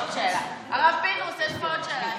הרב פינדרוס, יש פה עוד שאלה.